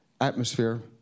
atmosphere